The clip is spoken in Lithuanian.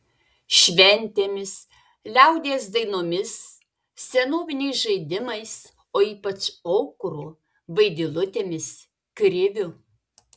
šventėmis liaudies dainomis senoviniais žaidimais o ypač aukuru vaidilutėmis kriviu